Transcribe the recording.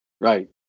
Right